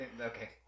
okay